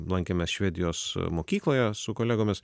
lankėmės švedijos mokykloje su kolegomis